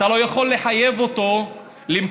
אתה לא יכול לחייב אותו למכור.